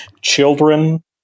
children